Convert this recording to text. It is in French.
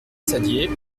saddier